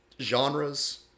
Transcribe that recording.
genres